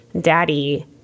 daddy